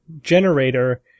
generator